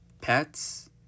pets